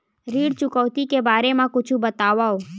ऋण चुकौती के बारे मा कुछु बतावव?